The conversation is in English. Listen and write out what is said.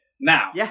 Now